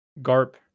Garp